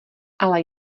ale